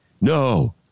No